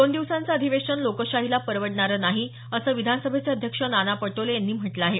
दोन दिवसांचं अधिवेशन लोकशाहीला परवडणारं नाही असं विधानसभेचे अध्यक्ष नाना पटोले यांनी म्हटलं आहे